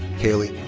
kaylee